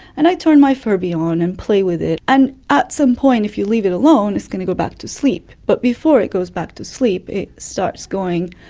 and i turn my furby on and play with it, and at some point if you leave it alone it's going to go back to sleep. but before it goes back to sleep it starts going,